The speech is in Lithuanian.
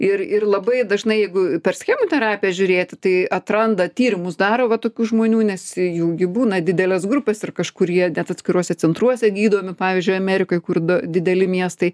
ir ir labai dažnai jeigu per schemų terapiją žiūrėti tai atranda tyrimus daro va tokių žmonių nes jų gi būna didelės grupės ir kažkur jie net atskiruose centruose gydomi pavyzdžiui amerikoj kur du dideli miestai